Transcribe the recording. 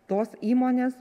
tos įmonės